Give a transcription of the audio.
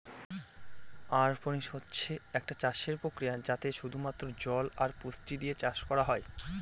অরপনিক্স হচ্ছে একটা চাষের প্রক্রিয়া যাতে শুধু মাত্র জল আর পুষ্টি দিয়ে চাষ করা হয়